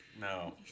No